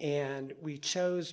and we chose